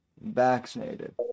vaccinated